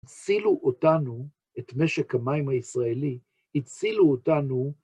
הצילו אותנו, את משק המים הישראלי, הצילו אותנו